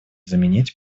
заменить